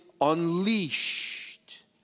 unleashed